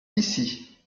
ici